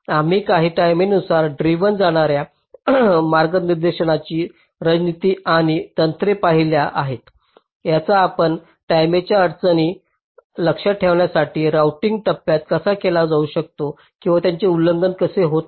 आम्ही काही टाईमेनुसार ड्रिव्हन जाणार्या मार्गनिर्देशांची रणनीती आणि तंत्रे पाहिल्या आहेत ज्यांचा वापर टाईमेच्या अडचणी लक्षात ठेवण्यासाठी राउटिंग टप्प्यात केला जाऊ शकतो किंवा त्यांचे उल्लंघन होत नाही